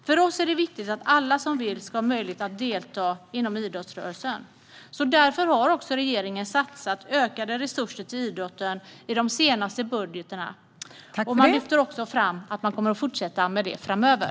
För oss är det viktigt att alla som vill ska ha möjlighet att delta i idrottsrörelsen. Därför har regeringen satsat på ökade resurser till idrotten i de senaste budgetarna. Man lyfter också fram att man kommer att fortsätta med det framöver.